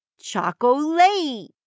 Choco-late